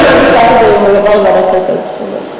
אני מעדיפה שזה יועבר לוועדת הכלכלה.